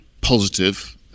positive